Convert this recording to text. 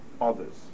others